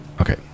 Okay